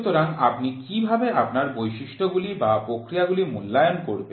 সুতরাং আপনি কিভাবে আপনার বৈশিষ্ট্যগুলি বা প্রক্রিয়াগুলি মূল্যায়ন করবেন